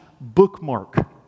bookmark